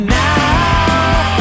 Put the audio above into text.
now